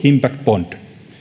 impact bond